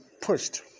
pushed